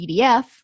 PDF